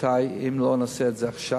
רבותי, אם לא נעשה את זה עכשיו,